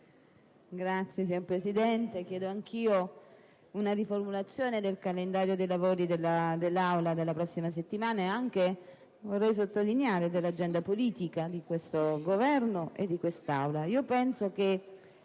*(PD)*. Signora Presidente, chiedo anch'io una riformulazione del calendario dei lavori dell'Aula della prossima settimana, nonché dell'agenda politica di questo Governo e di quest'Aula.